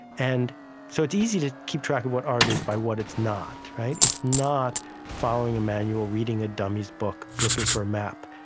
and so it's easy to keep track of what art is by what it's not. it's not following a manual, reading a dummy's book, looking for a map.